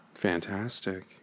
Fantastic